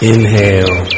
Inhale